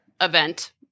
event